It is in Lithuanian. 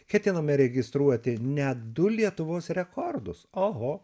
ketiname registruoti net du lietuvos rekordus oho